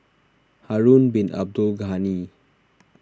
Harun Bin Abdul Ghani